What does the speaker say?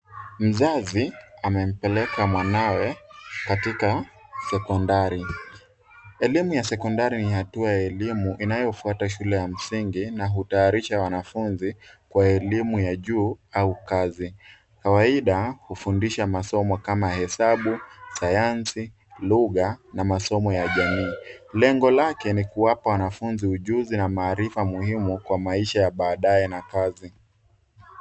Mzazi amempeleka mwanawe katika sekondari, elimu ya sekondari ni hatua ya elimu inayofuata shule ya msingi na hutayarisha wanafunzi kwa elimu ya juu au kazi, kawaida kufundisha masomo kama hesabu ,sayansi, lugha na masomo ya jamii lengo lake ni kuwapa wanafunzi ujuzi na maarifa muhimu kwa maisha ya baadaye na kazi.